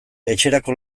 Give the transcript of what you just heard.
etxerako